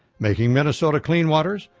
making minnesota clean waters,